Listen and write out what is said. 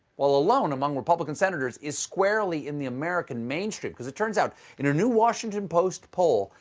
while alone among republican senators, is squarely in the american mainstream. because it turns out, in a new washington post poll,